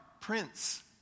prince